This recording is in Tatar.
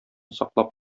саклап